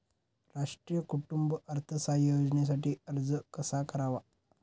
राष्ट्रीय कुटुंब अर्थसहाय्य योजनेसाठी अर्ज कसा करावा?